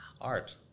Art